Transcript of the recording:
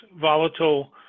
volatile